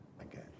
again